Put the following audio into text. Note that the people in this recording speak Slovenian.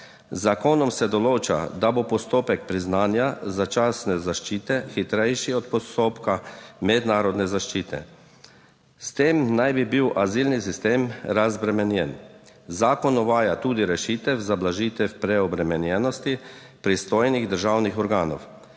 zakonom se določa, da bo postopek priznanja začasne zaščite hitrejši od postopka mednarodne zaščite. S tem naj bi bil azilni sistem razbremenjen. Zakon uvaja tudi rešitev za blažitev preobremenjenosti pristojnih državnih organov,